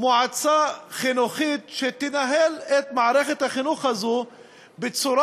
מועצה חינוכית שתנהל את מערכת החינוך הזאת בצורה